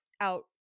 out